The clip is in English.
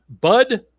Bud